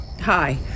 Hi